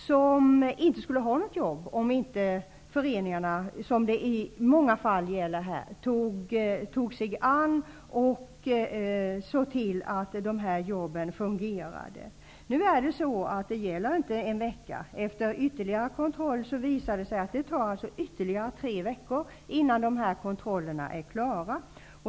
De skulle inte ha något jobb om inte föreningarna, som det i många fall gäller, tog sig an dem och såg till att de här jobben fungerade. Nu är det så att stoppet inte gäller en vecka. Efter ytterligare kontroll har det visat sig att det kommer att ta ytterligare tre veckor innan kontrollerna är klara.